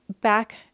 back